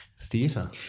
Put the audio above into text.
theatre